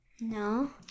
No